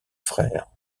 frère